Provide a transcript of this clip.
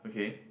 okay